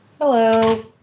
Hello